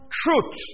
truth